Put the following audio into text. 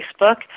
Facebook